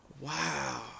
Wow